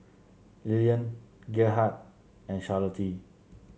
Lillian Gerhardt and Charlottie